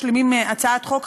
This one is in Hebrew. משלימים הצעת חוק,